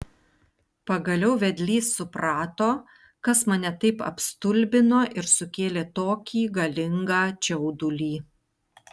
pagaliau vedlys suprato kas mane taip apstulbino ir sukėlė tokį galingą čiaudulį